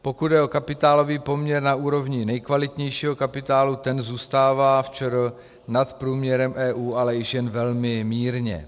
Pokud jde o kapitálový poměr na úrovni nejkvalitnějšího kapitálu, ten zůstává v ČR nad průměrem EU, ale již jen velmi mírně.